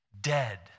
dead